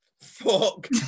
Fuck